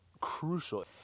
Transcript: crucial